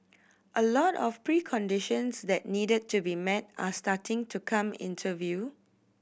a lot of preconditions that needed to be met are starting to come into view